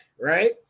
right